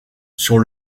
sur